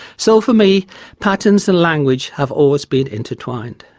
so for me patterns and language have always been intertwined.